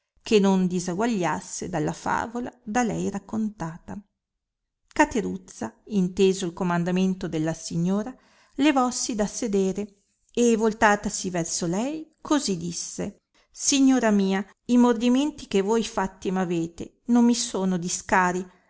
che non disaguagliasse dalla l'avola da lei raccontata cateruzza inteso il comandamento della signora levossi da sedere e voltatasi verso lei così disse signora mia i mordimenti che voi fatti m'avete non mi sono discari